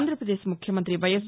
ఆంధ్రాప్రదేక్ ముఖ్యమంతి వైఎస్